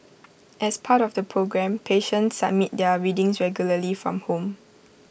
as part of the programme patients submit their readings regularly from home